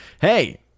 Hey